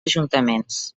ajuntaments